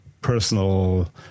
personal